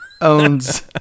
owns